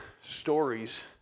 stories